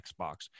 xbox